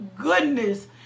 goodness